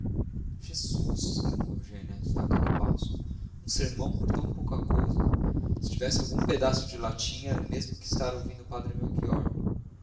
exclamou eugênia estacando o passo um sermão por tão pouca coisa se tivesse algum pedaço de latim era o mesmo que estar ouvindo o padre